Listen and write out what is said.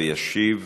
ישיב